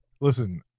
Listen